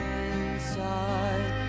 inside